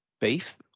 beef